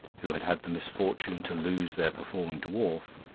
who had had the misfortune to lose their performing dwarf,